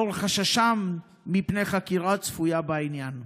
לאור חששם מפני חקירה צפויה בעניין".